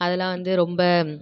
அதெலாம் வந்து ரொம்ப